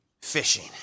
fishing